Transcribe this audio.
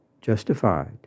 justified